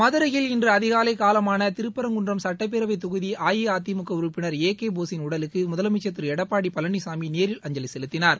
மதுரையில் இன்று அதிகாலை காலமான திருப்பரங்குன்றம் சுட்டப்பேரவைத் தொகுதி அஇஅதிமுக உறுப்பினா் ஏ கே போஸின் உடலுக்கு முதலமைச்சள் திரு எடப்பாடி பழனிசாமி நேரில் அஞ்சலி செலுத்தினார்